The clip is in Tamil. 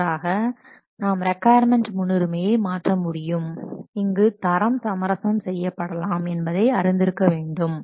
இவ்வாறாக நாம் ரிக்கொயர்மென்ட் முன்னுரிமையை மாற்றமுடியும் இங்கு தரம் சமரசம் செய்யப்படலாம் என்பதை அறிந்திருக்க வேண்டும்